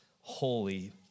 holy